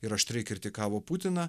ir aštriai kritikavo putiną